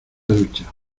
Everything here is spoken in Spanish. ducha